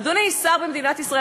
אדוני שר במדינת ישראל,